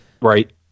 Right